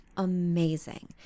amazing